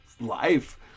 life